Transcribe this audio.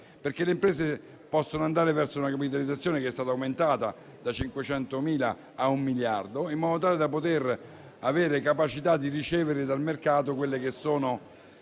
sono le imprese che possono andare verso una capitalizzazione, che è stata aumentata da 500.000 a un miliardo, in modo tale da poter avere capacità di ricevere dal mercato gli impulsi